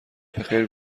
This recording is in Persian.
بخیر